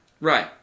Right